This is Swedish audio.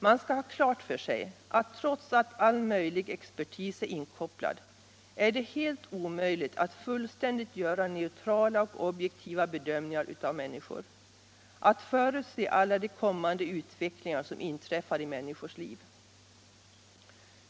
Man skall ha klart för sig att trots att all möjlig expertis är inkopplad är det helt omöjligt att fullständigt göra neutrala och objektiva bedömningar av människor, att förutse alla de kommande utvecklingar som inträffar i människors liv.